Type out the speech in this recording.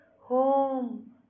home